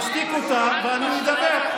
תשתיק אותה ואני אדבר.